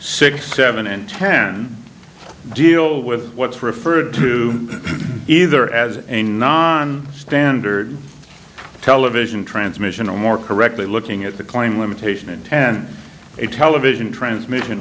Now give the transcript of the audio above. six seven and ten deal with what's referred to either as a non standard television transmission or more correctly looking at the claim limitation in ten a television transmission